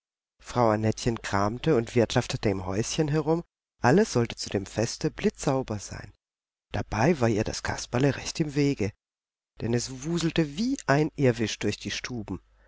frau annettchen kramte und wirtschaftete im häuschen herum alles sollte zu dem feste blitzsauber sein dabei war ihr das kasperle recht im wege denn das wuselte wie ein irrwisch durch die stuben